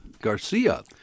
Garcia